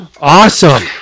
awesome